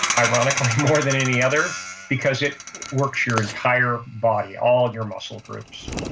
ironically, more than any other because it works your entire body, all your muscle groups.